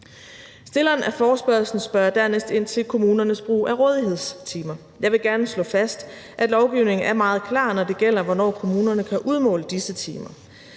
Stillerne af forespørgslen spørger dernæst ind til kommunernes brug af rådighedstimer. Jeg vil gerne slå fast, at lovgivningen er meget klar, når det gælder, hvornår kommunerne kan udmåle disse timer.